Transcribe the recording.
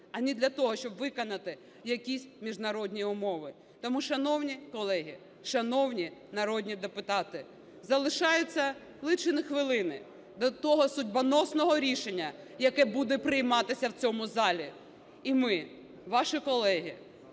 а не для того, щоб виконати якісь міжнародні умови. Тому, шановні колеги, шановні народні депутати, залишаються лічені хвилини до того судьбоносного рішення, яке буде прийматися в цьому залі. І ми, ваші колеги,